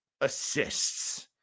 assists